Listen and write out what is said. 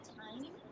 time